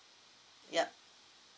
yup